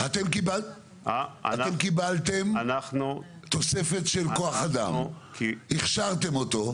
אתם קיבלתם תוספת של כוח אדם, הכשרתם אותו.